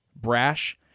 brash